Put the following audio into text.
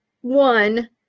one